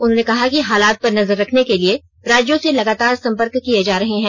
उन्होंने कहा कि हालात पर नजर रखने के लिए राज्यों से लगातार संपर्क किये जा रहे हैं